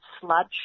sludge